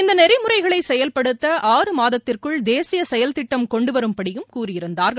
இந்த நெறிமுறைகளை செயல்படுத்த ஆறு மாதத்திற்குள் தேசிய செயல் திட்டம் கொண்டு வரும்படியும் கூறியிருந்தார்கள்